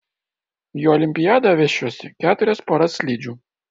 į olimpiadą vešiuosi keturias poras slidžių